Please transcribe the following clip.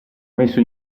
messo